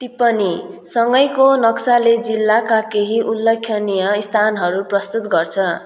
टिप्पणीसँगैको नक्साले जिल्लाका केही उल्लेखनीय स्थानहरू प्रस्तुत गर्छ